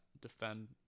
defend